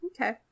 Okay